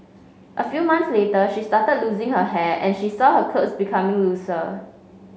a few months later she started losing her hair and she saw her clothes becoming looser